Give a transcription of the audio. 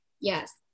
Yes